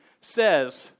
says